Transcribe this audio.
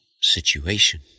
situation